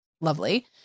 lovely